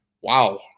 wow